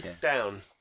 Down